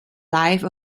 life